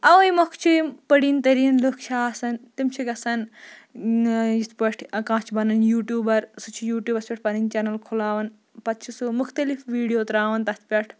اَوَے مۄکھٕ چھِ یِم پٔڑیٖن تٔریٖن لُکھ چھِ آسان تِم چھِ گَژھان یِتھ پٲٹھۍ کانٛہہ چھُ بَنان یوٗٹیوٗبَر سُہ چھِ یوٗٹیوٗبَس پٮ۪ٹھ پَنٕنۍ چَنَل کھُلاوان پَتہٕ چھِ سُہ مختلف ویٖڈیو ترٛاوان تَتھ پٮ۪ٹھ